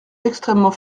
extrêmement